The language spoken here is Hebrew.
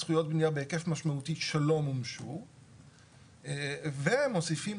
זכויות בנייה בהיקף משמעותי שלא מומשו והם מוסיפים